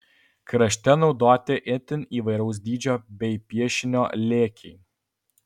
krašte naudoti itin įvairaus dydžio bei piešinio lėkiai